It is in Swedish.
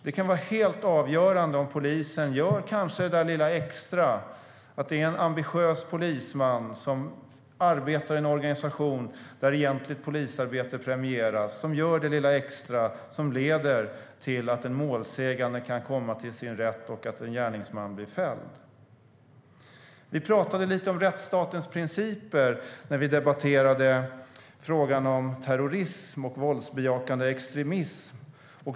Det kan vara helt avgörande om polisen gör det där lilla extra, att det är en ambitiös polisman som arbetar i en organisation där egentligt polisarbete premieras och som gör det lilla extra som leder till att en målsägande kan komma till sin rätt och att en gärningsman blir fälld. Vi pratade lite om rättsstatens principer när vi debatterade frågan om terrorism och våldsbejakande extremism.